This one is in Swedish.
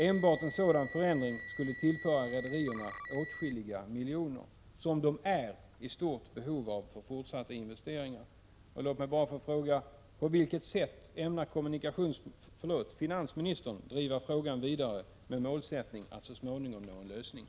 Enbart den förändringen skulle tillföra rederierna åtskilliga miljoner, som de är i stort behov av för fortsatta investeringar. Låt mig bara få fråga: På vilket sätt ämnar finansministern driva frågan vidare i syfte att så småningom nå en lösning?